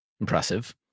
Impressive